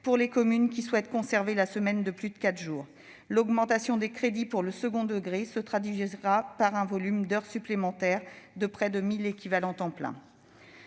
pour les communes qui souhaitent conserver la semaine de plus de quatre jours. L'augmentation des crédits pour le second degré se traduira par un volume d'heures supplémentaires de près de 1 000 équivalents temps plein.